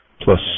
Plus